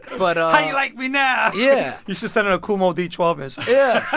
but you like me now? yeah you should send her a kool moe dee twelve inch yeah.